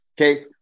Okay